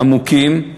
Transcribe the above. עמוקים.